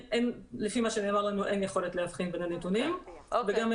לפי מה שנאמר לנו אין יכולת להבחין בין הנתונים וגם אין